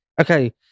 Okay